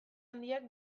handiak